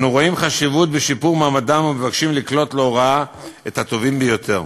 ואנו רואים חשיבות בשיפור מעמדם ומבקשים לקלוט להוראה את הטובים ביותר.